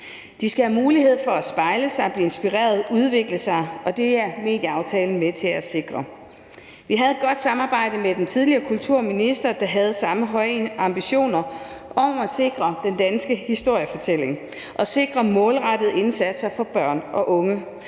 De skal have mulighed for at spejle sig, blive inspireret og udvikle sig, og det er medieaftalen med til at sikre. Vi havde et godt samarbejde med den tidligere kulturminister, som havde de samme høje ambitioner om at sikre den danske historiefortælling og sikre målrettede indsatser for børn og unge.